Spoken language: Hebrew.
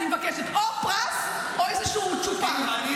אני מבקשת או פרס או איזשהו צ'ופר.